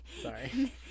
Sorry